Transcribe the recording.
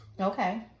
Okay